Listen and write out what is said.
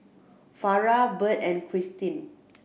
Farrah Bert and Kristin